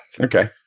Okay